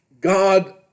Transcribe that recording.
God